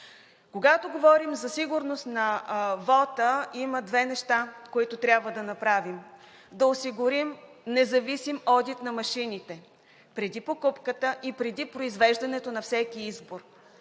Когато говорим за сигурност на вота, има две неща, които трябва да направим – да осигурим независим одит на машините преди покупката и преди произвеждането на всеки избор.